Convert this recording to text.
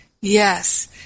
yes